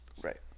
Right